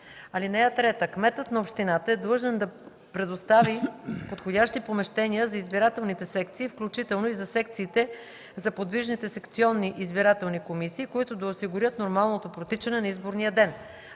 област. (3) Кметът на общината е длъжен да предостави подходящи помещения за избирателните секции, включително и за секциите за подвижните секционни избирателни комисии, които да осигурят нормалното протичане на изборния ден.